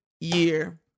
year